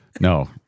no